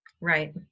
right